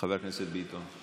חבר הכנסת ביטון,